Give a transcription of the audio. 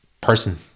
person